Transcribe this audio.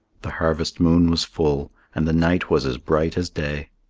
the harvest moon was full, and the night was as bright as day.